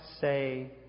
say